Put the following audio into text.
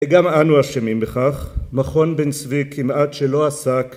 גם אנו אשמים בכך, מכון בן צבי כמעט שלא עסק